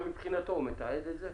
מבחינתו הוא מתעד את זה?